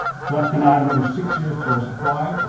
so that's going to add another six years to our supply.